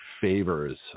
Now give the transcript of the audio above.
favors